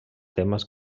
temes